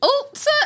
Oops